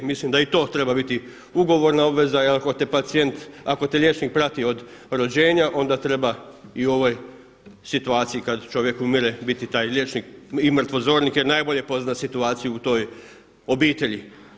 Mislim da i to treba biti ugovorna obveza jer ako te liječnik prati od rođenja onda treba i u ovoj situaciji kada čovjek umire biti taj liječnik i mrtvozornik jer najbolje poznaje situaciju u toj obitelji.